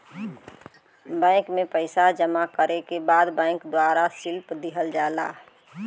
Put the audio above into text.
bank में पइसा जमा करे के बाद बैंक द्वारा स्लिप दिहल जाला